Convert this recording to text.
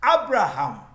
Abraham